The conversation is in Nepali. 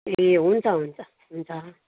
ए हुन्छ हुन्छ हुन्छ